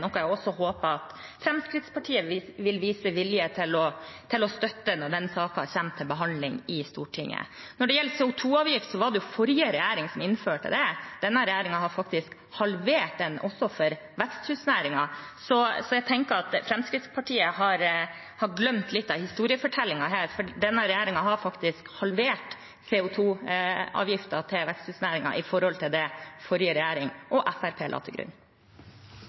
å støtte det når den saken kommer til behandling i Stortinget. Når det gjelder CO 2 -avgift, var det jo forrige regjering som innførte det. Denne regjeringen har faktisk halvert den, også for veksthusnæringen. Jeg tenker at Fremskrittspartiet har glemt litt av historiefortellingen her, for denne regjeringen har faktisk halvert CO 2 -avgiften for veksthusnæringen i forhold til det forrige regjering og Fremskrittspartiet la til grunn.